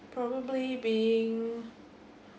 probably being